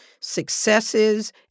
successes